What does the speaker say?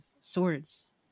swords